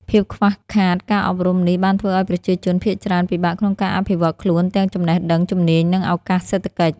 ភាពខ្វះខាតការអប់រំនេះបានធ្វើឱ្យប្រជាជនភាគច្រើនពិបាកក្នុងការអភិវឌ្ឍន៍ខ្លួនទាំងចំណេះដឹង ជំនាញ និងឱកាសសេដ្ឋកិច្ច។